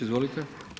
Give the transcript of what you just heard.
Izvolite.